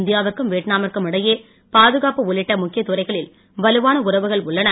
India விற்கும் வியட்நா மிற்கும் இடையே பாதுகாப்பு உள்ளிட்ட முக்கியத் துறைகளில் வலுவான உறவுகள் உள்ளன